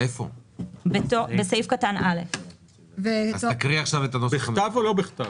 בכתב או לא בכתב?